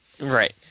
right